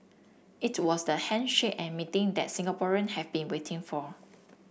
it was the handshake and meeting that Singaporean have been waiting for